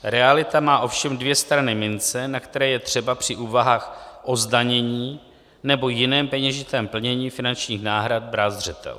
Realita má ovšem dvě strany mince, na které je třeba při úvahách o zdanění nebo jiném peněžitém plnění finančních náhrad brát zřetel.